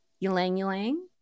ylang-ylang